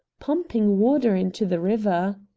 pumping water into the river?